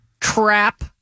Crap